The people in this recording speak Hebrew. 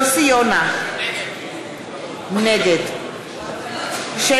יוסי יונה, נגד שלי